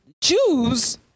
Jews